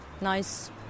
nice